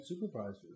supervisors